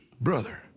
brother